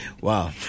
Wow